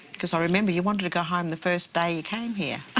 because i remember you wanted to go home the first day you came here.